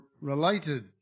related